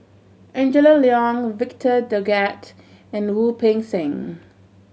Angela Liong Victor Doggett and Wu Peng Seng